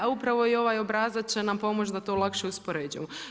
A upravo i ovaj obrazac će nam pomoći da to lakše uspoređujemo.